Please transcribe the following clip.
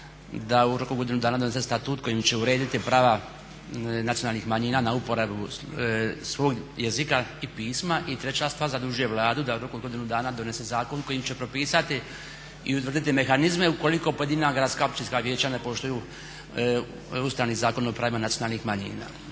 da u roku godinu dana donese statut kojim će urediti prava nacionalnih manjina na uporabu svog jezika i pisma i treća stvar, zadužuje Vladu da u roku od godinu dana donese zakon kojim će propisati i utvrditi mehanizme ukoliko pojedina gradska općinska vijeća ne poštuju Ustavni zakon o pravima nacionalnih manjina.